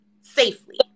safely